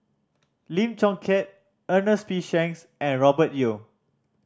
Lim Chong Keat Ernest P Shanks and Robert Yeo